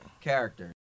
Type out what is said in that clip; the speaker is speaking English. character